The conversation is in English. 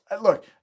look